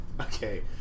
Okay